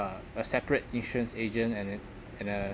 uh a separate insurance agent and then and uh